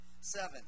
Seven